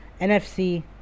NFC